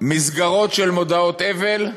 מסגרות של מודעות אבל,